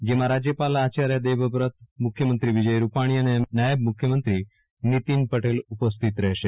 જેમાં રાજયપાલ આચાર્ય દેવવ્રત મુખ્યમંત્રી વિજય રૂપાણી અને નાયબ મુખ્યમંત્રી નીતીન પટેલ ઉપસ્થિત રહેશે